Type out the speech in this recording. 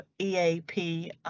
EAP